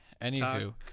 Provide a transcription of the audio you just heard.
Anywho